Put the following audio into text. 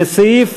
לסעיף